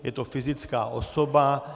Je to fyzická osoba.